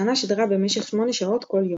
התחנה שידרה במשך שמונה שעות כל יום.